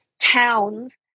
towns